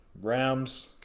Rams